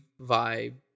vibe